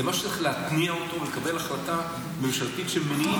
זה משהו שצריך להתניע אותו ולקבל החלטה ממשלתית שמניעים.